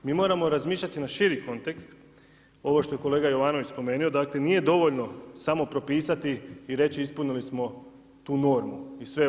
Mi moramo razmišljati na širi kontekst, ovo što je kolega Jovanović spomenuo, dakle nije dovoljno samo propisati i reći ispunili smo tu normu i sve uredu.